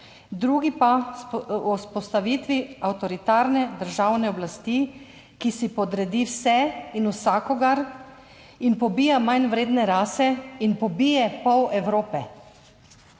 vzpostavitvi avtoritarne državne oblasti, ki si podredi vse in vsakogar in pobija manjvredne rase in pobije pol Evrope.